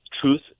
Truth